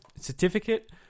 certificate